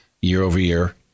year-over-year